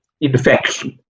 infection